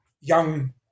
Young